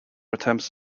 attempts